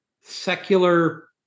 secular